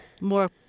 more